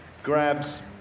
Grabs